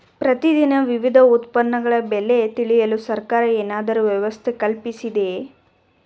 ಪ್ರತಿ ದಿನ ವಿವಿಧ ಉತ್ಪನ್ನಗಳ ಬೆಲೆ ತಿಳಿಯಲು ಸರ್ಕಾರವು ಏನಾದರೂ ವ್ಯವಸ್ಥೆ ಕಲ್ಪಿಸಿದೆಯೇ?